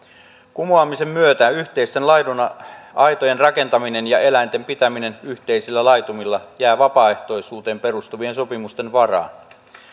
kumoamisen myötä yhteisten laidunaitojen rakentaminen ja eläinten pitäminen yhteisillä laitumilla jää vapaaehtoisuuteen perustuvien sopimusten varaan